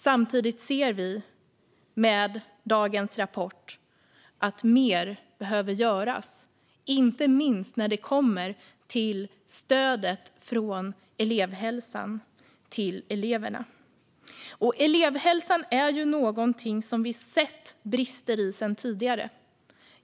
Samtidigt ser vi, utifrån dagens rapport, att mer behöver göras, inte minst när det kommer till stödet från elevhälsan till eleverna. Elevhälsan är något som vi har sett brister i sedan tidigare.